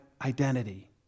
identity